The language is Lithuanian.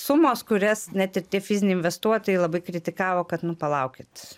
sumos kurias net ir tie fiziniai investuotojai labai kritikavo kad nu palaukit